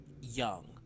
young